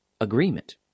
agreement